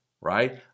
right